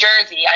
Jersey